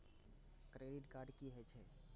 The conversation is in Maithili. क्रेडिट कार्ड की हे छे?